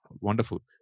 wonderful